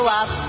up